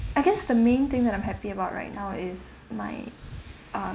I guess the main thing that I'm happy about right now is my uh